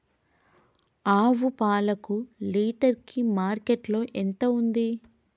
ఆవు పాలకు లీటర్ కి మార్కెట్ లో ఎంత ఉంది?